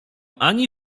ani